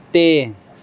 ਤੇ